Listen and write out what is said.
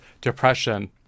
depression